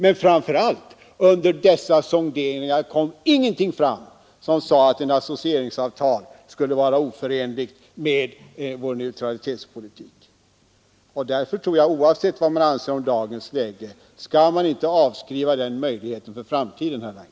Men framför allt kom ingenting fram som visade, att ett associeringsavtal skulle vara oförenligt med vår neutralitetspolitik. Därför skall man inte, oavsett vad man anser om dagens läge, avskriva den möjligheten för framtiden, herr Lange.